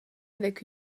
avec